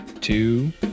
two